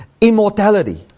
immortality